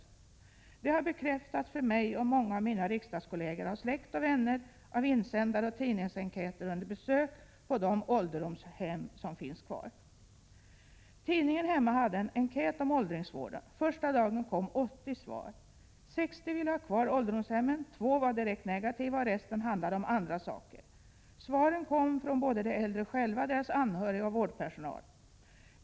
Detta har bekräftats för mig och många av mina riksdagskolleger av släkt och vänner, liksom genom insändare och tidningsenkäter och under besök på de ålderdomshem som finns kvar. Tidningen där hemma hade en enkät om åldringsvården. Första dagen kom 80 svar. 60 av de svarande ville ha kvar ålderdomshemmen, två var direkt negativa, och resten av svaren handlade om andra saker. Svaren kom från såväl de äldre själva som deras anhöriga och vårdpersonal.